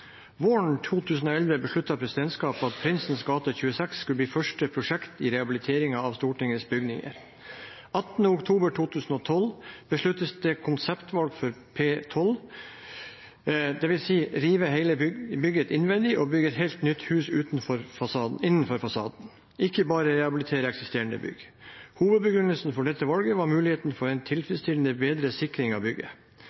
Våren 2011 besluttet presidentskapet at Prinsens gate 26 skulle bli første prosjekt i rehabiliteringen av Stortingets bygninger. Den 18. oktober 2012 ble det besluttet konseptvalg for P12, dvs. å rive hele bygget innvendig og bygge et helt nytt hus innenfor fasaden, ikke bare rehabilitere eksisterende bygg. Hovedbegrunnelsen for dette valget var muligheten for en